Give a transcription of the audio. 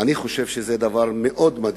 אני חושב שזה דבר מאוד מדאיג.